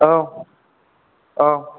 औ औ